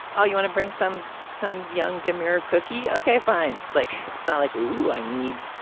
oh you want to bring some some young demure cookie. okay fine. like it's not like who i need.